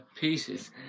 pieces